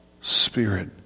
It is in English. Spirit